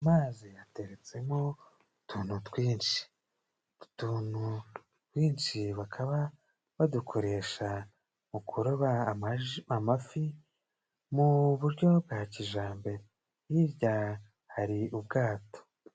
Mu mazi hateretsemo utuntu twinshi. Utuntu twinshi bakaba badukoresha mu kuroba amaji amafi mu buryo bwa kijambere, hirya hari ubwato.